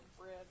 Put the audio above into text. bread